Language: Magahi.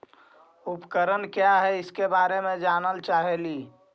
उपकरण क्या है इसके बारे मे जानल चाहेली?